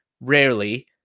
rarely